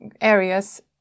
areas